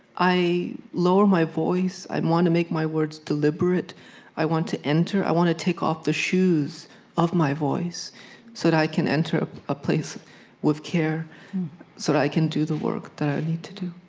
i lower my voice. i want to make my words deliberate i want to enter, i want to take off the shoes of my voice so that i can enter a place with care so that i can do the work that i need to do